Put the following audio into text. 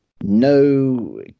no